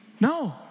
no